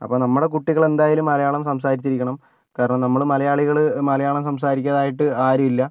അപ്പം നമ്മളുടെ കുട്ടികളെന്തായാലും മലയാളം സംസാരിച്ചിരിക്കണം കാരണം നമ്മൾ മലയാളികൾ മലയാളം സംസാരിക്കാതായിട്ട് ആരും ഇല്ല